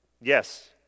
yes